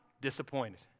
Disappointed